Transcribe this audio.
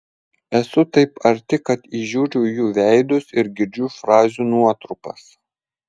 esu taip arti kad įžiūriu jų veidus ir girdžiu frazių nuotrupas